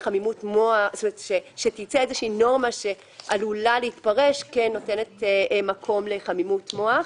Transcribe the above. שתצא נורמה שעלולה להתפרש כנותנת מקום לחמימות מוח.